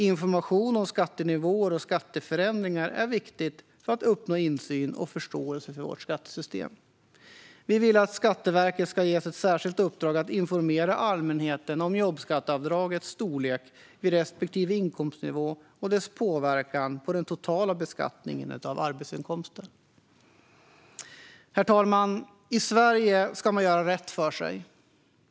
Information om skattenivåer och skatteförändringar är viktigt för att uppnå insyn i och förståelse för vårt skattesystem. Vi vill att Skatteverket ska ges ett särskilt uppdrag att informera allmänheten om jobbskatteavdragets storlek vid respektive inkomstnivå och dess påverkan på den totala beskattningen av arbetsinkomster. Herr talman! I Sverige ska man göra rätt för sig.